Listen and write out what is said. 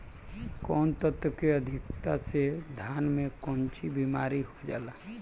कौन तत्व के अधिकता से धान में कोनची बीमारी हो जाला?